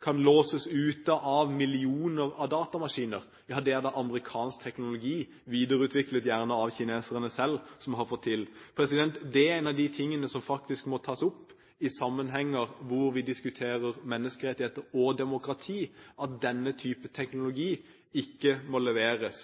kan låses ute av millioner av datamaskiner. Ja, det er det amerikansk teknologi, gjerne videreutviklet av kineserne selv, som har fått til. Det er en av de tingene som faktisk må tas opp i sammenhenger hvor vi diskuterer menneskerettigheter og demokrati, at denne type teknologi ikke må leveres.